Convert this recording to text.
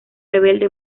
rebelde